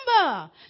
remember